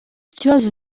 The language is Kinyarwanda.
kibazo